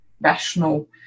rational